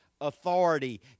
authority